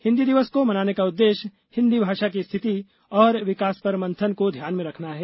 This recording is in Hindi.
हिंदी दिवस को मनाने का उद्देश्य हिंदी भाषा की स्थिति और विकास पर मंथन को ध्यान में रखना है